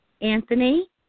Anthony